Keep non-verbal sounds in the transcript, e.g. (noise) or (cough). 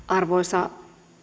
(unintelligible) arvoisa